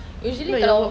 usually kalau